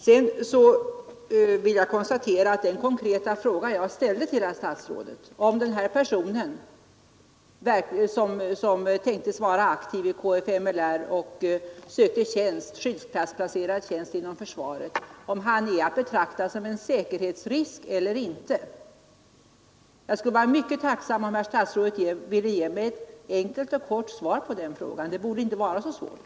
Vidare vill jag konstatera att den konkreta fråga jag ställde till herr statsrådet om den person som tänktes vara aktiv inom kfml och som sökte skyddsklassplacerad tjänst inom försvaret är att betrakta som en säkerhetsrisk eller inte har jag inte fått något svar på. Jag skulle vara mycket tacksam, om herr statsrådet ville ge mig ett enkelt och kort svar på den frågan. Det borde inte vara så svårt.